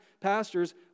pastors